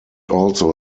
also